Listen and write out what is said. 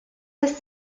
his